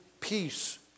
peace